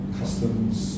customs